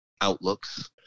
outlooks